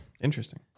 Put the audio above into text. Interesting